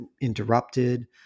interrupted